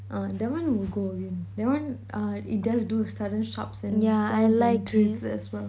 ah that one will go again that one uh it does do a sudden sharps and yeah jumps and thrills as well